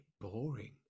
boring